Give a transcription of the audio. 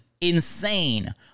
insane